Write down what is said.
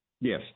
Yes